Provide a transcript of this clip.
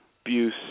abuse